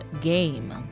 game